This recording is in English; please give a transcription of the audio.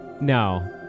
No